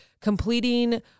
completing